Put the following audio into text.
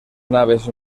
naves